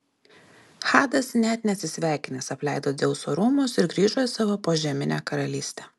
hadas net neatsisveikinęs apleido dzeuso rūmus ir grįžo į savo požeminę karalystę